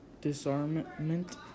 disarmament